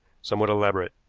somewhat elaborate.